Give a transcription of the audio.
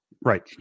Right